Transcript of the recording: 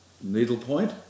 needlepoint